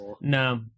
No